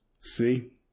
See